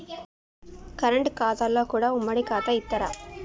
Current ఖాతాలో కూడా ఉమ్మడి ఖాతా ఇత్తరా?